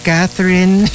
Catherine